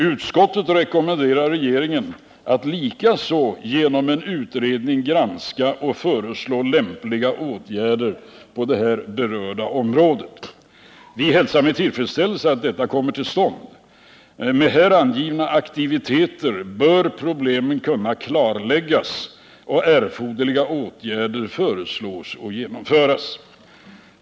Utskottet rekommenderar regeringen att likaså genom en utredning granska och föreslå lämpliga åtgärder på det här berörda området. Vi hälsar med tillfredsställelse att detta kommer till stånd. Med här angivna aktiviteter bör problemen kunna klarläggas och erforderliga åtgärder föreslås och genomföras.